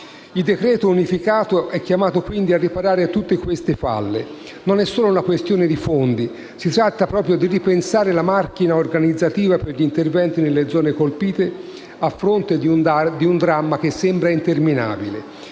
Il decreto unificato è chiamato, quindi, a riparare tutte queste falle. Non è solo una questione di fondi: si tratta di ripensare la macchina organizzativa per gli interventi nelle zone colpite, a fronte di un dramma che sembra interminabile.